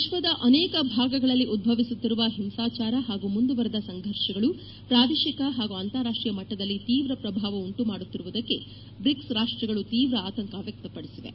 ವಿಶ್ವದ ಅನೇಕ ಭಾಗಗಳಲ್ಲಿ ಉದ್ದವಿಸುತ್ತಿರುವ ಹಿಂಸಾಚಾರ ಹಾಗೂ ಮುಂದುವರೆದ ಸಂಘರ್ಷಗಳು ಪ್ರಾದೇಶಿಕ ಹಾಗೂ ಅಂತಾರಾಷ್ಟೀಯ ಮಟ್ಟದಲ್ಲಿ ತೀವ ಪ್ರಭಾವ ಉಂಟುಮಾಡುತ್ತಿರುವುದಕ್ಕೆ ಬ್ರಿಕ್ಸ್ ರಾಷ್ಟಗಳು ತೀವ್ರ ಆತಂಕ ವ್ಯಕ್ತಪದಿಸಿವೆ